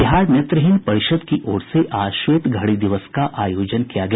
बिहार नेत्रहीन परिषद् की ओर से आज श्वेत घड़ी दिवस का आयोजन किया गया